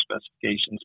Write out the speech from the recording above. specifications